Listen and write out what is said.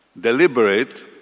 deliberate